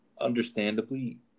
Understandably